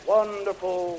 Wonderful